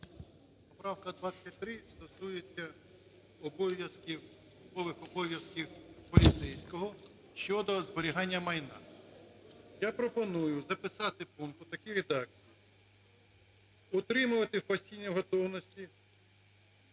обов'язків… службових обов'язків поліцейського щодо зберігання майна. Я пропоную записати пункт у такій редакції: "Утримувати в постійній готовності...